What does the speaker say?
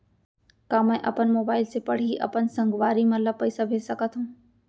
का मैं अपन मोबाइल से पड़ही अपन संगवारी मन ल पइसा भेज सकत हो?